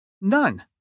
none